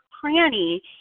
cranny